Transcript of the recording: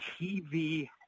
TV